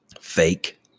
Fake